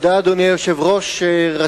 אדוני היושב-ראש, תודה.